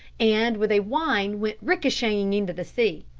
and with a whine went ricochetting into the sea.